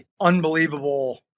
unbelievable